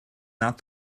not